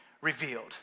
revealed